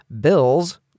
Bill's